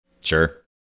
Sure